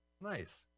Nice